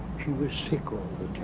she was sick all